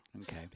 Okay